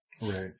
Right